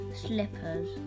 Slippers